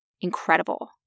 incredible